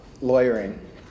lawyering